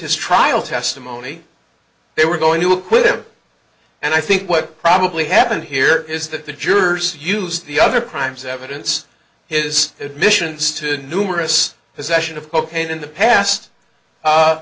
his trial testimony they were going to acquit him and i think what probably happened here is that the jurors use the other crimes evidence his admissions to the numerous possession of cocaine in the past